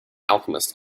alchemist